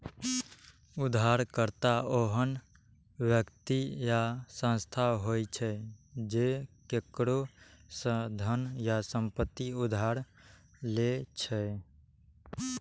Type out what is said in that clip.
उधारकर्ता ओहन व्यक्ति या संस्था होइ छै, जे केकरो सं धन या संपत्ति उधार लै छै